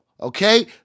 okay